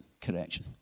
correction